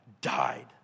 died